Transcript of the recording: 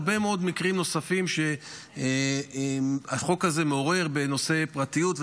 גם בהרבה מאוד מקרים נוספים שהחוק הזה מעורר בנושא פרטיות,